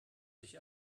sich